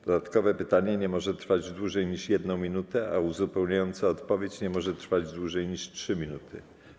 Dodatkowe pytanie nie może trwać dłużej niż 1 minutę, a uzupełniająca odpowiedź nie może trwać dłużej niż 3 minuty.